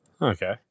Okay